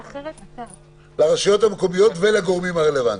לרשויות המקומיות ולגורמים הרלבנטיים.